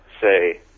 say